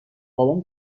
بابام